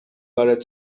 وارد